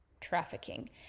trafficking